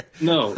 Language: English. No